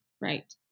Right